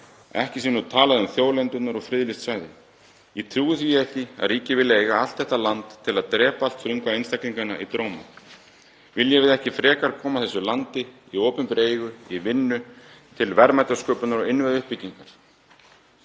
ekki sé nú talað um þjóðlendurnar og friðlýst svæði. Ég trúi því ekki að ríkið vilji eiga allt þetta land til að drepa allt frumkvæði einstaklinganna í dróma. Viljum við ekki frekar koma þessu landi í opinberri eigu í vinnu til verðmætasköpunar og innviðauppbyggingar?